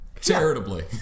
charitably